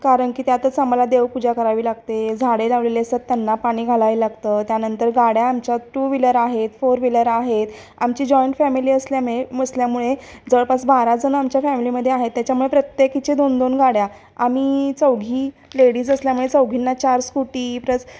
कारण की त्यातच आम्हाला देवपूजा करावी लागते झाडे लावलेले असतात त्यांना पाणी घालायला लागतं त्यानंतर गाड्या आमच्या टू व्हीलर आहेत फोर व्हीलर आहेत आमची जॉईंट फॅमिली असल्यामुळे मसल्यामुळे जवळपास बाराजणं आमच्या फॅमिलीमध्ये आहे त्याच्यामुळे प्रत्येकीचे दोन दोन गाड्या आम्ही चौघी लेडीज असल्यामुळे चौघींना चार स्कूटी प्रच